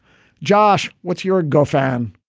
josh, what's your golf fan?